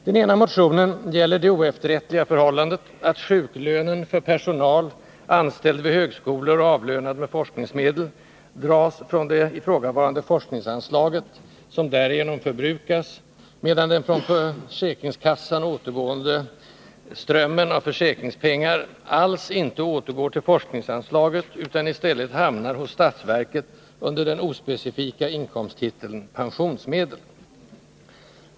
Den ena motionen gäller det oefterrättliga förhållandet att sjuklönen för personal, anställd vid högskolor och avlönad med forskningsmedel, dras från det ifrågavarande forskningsanslaget, som därigenom förbrukas, medan den från försäkringskassan återgående strömmen av försäkringspengar alls inte återgår till forskningsanslaget utan i stället hamnar hos statsverket under den ospecifika inkomsttiteln Pensionsmedel.